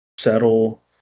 Settle